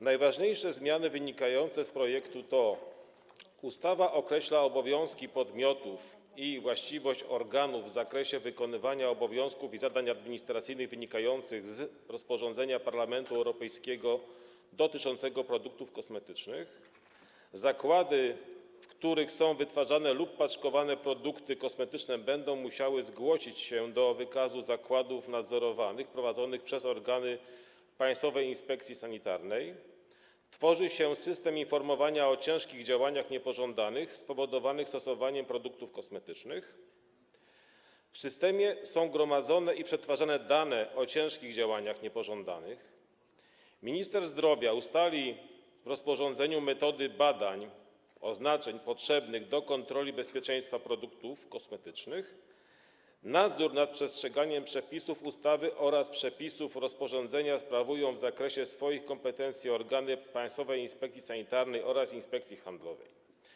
Najważniejsze zmiany wynikające z projektu to: ustawa określa obowiązki podmiotów i właściwość organów w zakresie wykonywania obowiązków i zadań administracyjnych wynikających z rozporządzenia Parlamentu Europejskiego dotyczącego produktów kosmetycznych; zakłady, w których są wytwarzane lub paczkowane produkty kosmetyczne, będą musiały zgłosić się do wykazu zakładów nadzorowanych prowadzonych przez organy Państwowej Inspekcji Sanitarnej; tworzy się system informowania o ciężkich działaniach niepożądanych spowodowanych stosowaniem produktów kosmetycznych - w systemie są gromadzone i przetwarzane dane o ciężkich działaniach niepożądanych; minister zdrowia ustali w rozporządzeniu metody badań oznaczeń potrzebnych do kontroli bezpieczeństwa produktów kosmetycznych; nadzór nad przestrzeganiem przepisów ustawy oraz przepisów rozporządzenia sprawują w zakresie swoich kompetencji organy Państwowej Inspekcji Sanitarnej oraz Inspekcji Handlowej.